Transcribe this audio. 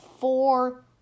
four